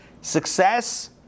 Success